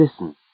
listen